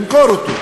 למכור אותו.